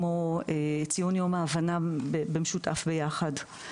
ציון יום ההבנה במשותף ביחד.